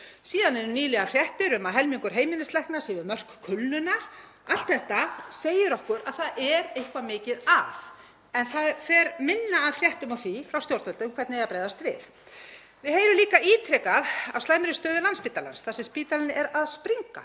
Síðan eru nýlegar fréttir um að helmingur heimilislækna séu við mörk kulnunar. Allt þetta segir okkur að það er eitthvað mikið að. Það fer minna af fréttum af því frá stjórnvöldum hvernig eigi að bregðast við. Við heyrum líka ítrekað af slæmri stöðu Landspítalans þar sem spítalinn er að springa,